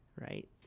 Right